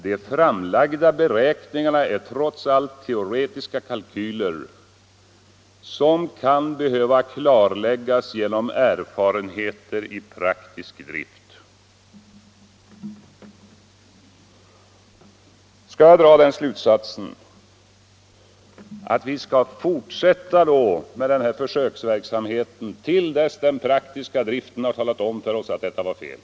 De framlagda beräkningarna är trots allt teoretiska kalkyler, som kan behöva klarläggas genom erfarenheter av praktisk drift.” Skall jag dra den slutsatsen att vi skall fortsätta med den här försöksverksamheten till dess den praktiska driften har talat om för oss att det var fel?